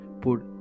put